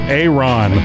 Aaron